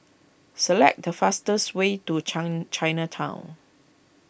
select the fastest way to Chinatown